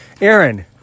Aaron